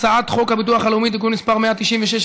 הצעת חוק הביטוח הלאומי (תיקון מס' 196),